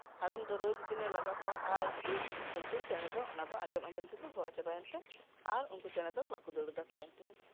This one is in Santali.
ᱦᱟᱲᱟᱢ ᱫᱚ ᱨᱳᱡ ᱫᱤᱱᱮ ᱞᱟᱜᱟ ᱠᱚᱣᱟ ᱦᱟᱭᱼᱦᱩᱭ ᱠᱤᱱᱛᱩ ᱪᱮᱬᱮ ᱫᱚ ᱚᱱᱟ ᱫᱚ ᱟᱸᱡᱚᱢ ᱟᱸᱡᱚᱢ ᱛᱮᱠᱚ ᱦᱮᱣᱟ ᱪᱟᱵᱟᱭᱮᱱ ᱛᱮ ᱟᱨ ᱩᱱᱠᱩ ᱪᱮᱬᱮ ᱫᱚ ᱵᱟᱠᱚ ᱫᱟᱹᱲ ᱫᱟ ᱛᱟᱭᱚᱢᱛᱮ